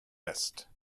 vest